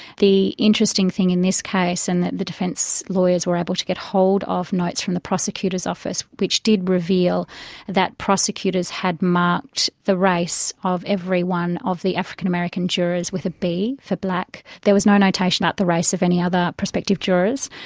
the interesting thing in this case, and the the defence lawyers were able to get hold of notes from the prosecutor's office which did reveal that prosecutors had marked the race of every one of the african american jurors with a b for black, there was no notation about the race of any other prospective jurors,